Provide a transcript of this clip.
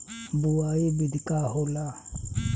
बुआई विधि का होला?